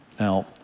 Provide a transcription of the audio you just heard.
now